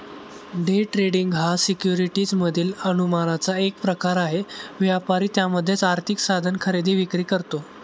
day trading हा securities मधील अनुमानाचा एक प्रकार आहे, व्यापारी त्यामध्येच आर्थिक साधन खरेदी विक्री करतो